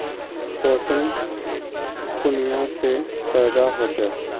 पोषण कुनियाँ से पैदा होचे?